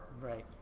Right